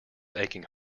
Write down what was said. aching